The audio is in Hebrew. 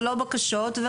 ולא בקשות,